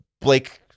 Blake—